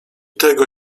tego